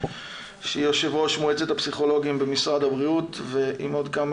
שהיא יו"ר מועצת הפסיכולוגים במשרד הבריאות ועם עוד כמה